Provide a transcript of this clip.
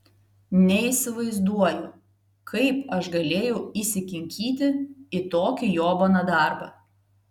neįsivaizduoju kaip aš galėjau įsikinkyti į tokį jobaną darbą